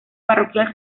parroquial